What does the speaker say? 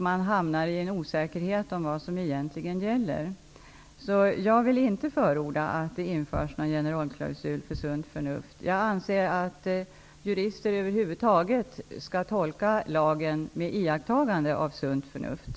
Man hamnar då i en osäkerhet om vad som egentligen gäller. Därför vill jag inte förorda att en generalklausul för sunt förnuft införs. Jag anser att jurister överhuvudtaget skall tolka lagen med iakttagande av sunt förnuft.